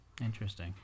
interesting